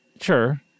Sure